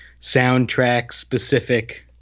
soundtrack-specific